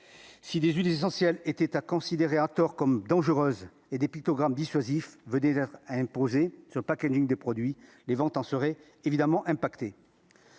Si dix-huit essentiel était a considéré à tort comme dangereuses et des pictogrammes dissuasif venait d'être imposé sur packaging des produits, les ventes en serait évidemment impacter